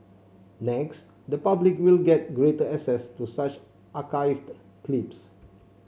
next the public will get greater access to such archived clips